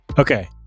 Okay